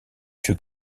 fut